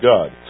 God